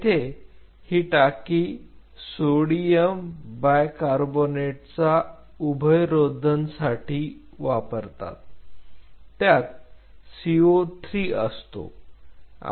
येथे ही टाकी सोडियम बायकार्बोनेटचा उभयरोधन साठी वापरतात त्यात CO3 असतो